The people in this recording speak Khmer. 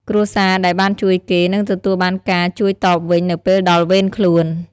គ្រួសារដែលបានជួយគេ នឹងទទួលបានការជួយតបវិញនៅពេលដល់វេនខ្លួន។